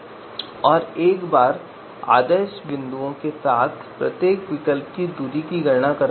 इसलिए हम आदर्श और विरोधी आदर्श बिंदुओं के साथ प्रत्येक विकल्प के लिए दूरी की गणना करते हैं